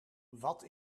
wat